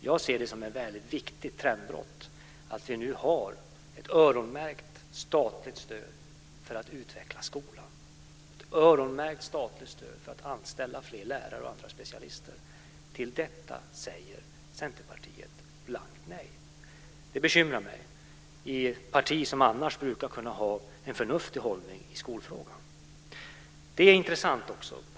Jag ser det som ett väldigt viktigt trendbrott att vi nu har ett öronmärkt statligt stöd för att utveckla skolan, ett öronmärkt statligt stöd för att anställa fler lärare och andra specialister. Till detta säger Centerpartiet blankt nej. Det bekymrar mig, då Centerpartiet är ett parti som annars brukar kunna ha en förnuftig hållning i skolfrågan.